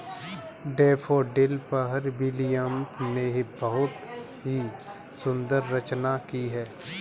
daffodil पर William ने बहुत ही सुंदर रचना की है